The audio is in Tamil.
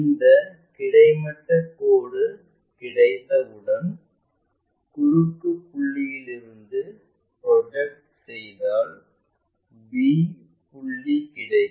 இந்த கிடைமட்ட கோடு கிடைத்தவுடன் குறுக்கு புள்ளிலிருந்து ப்ரொஜெக்ட் செய்தால் b புள்ளி கிடைக்கும்